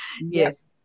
yes